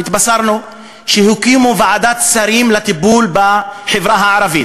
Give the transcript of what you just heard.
התבשרנו שהקימו ועדת שרים לטיפול בחברה הערבית.